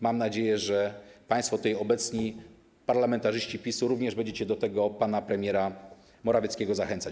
Mam nadzieję, że państwo tutaj obecni, parlamentarzyści PiS-u, również będziecie do tego pana premiera Morawieckiego zachęcać.